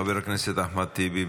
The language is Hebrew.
חבר הכנסת אחמד טיבי,